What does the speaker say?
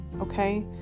okay